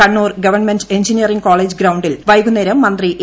Kannur government engineering college ഗ്രൌണ്ടിൽ വൈകുന്നേരം മന്ത്രി എ